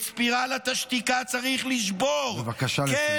את ספירלת השתיקה צריך לשבור, בבקשה לסיים.